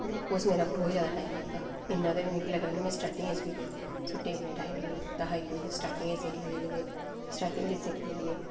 ते उस च मेरा बोह्त ज्यादा टाईम लग्गा इन्ना ते मिकी लगदा में स्टाटिंग च बी सूटै अपनै ई निं दित्ता हा इक जदूं सटाटिंग च सीन लग्गी ही स्टाटिंग च सिक्खन लग्गी ही